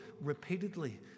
repeatedly